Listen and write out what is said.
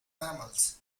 mammals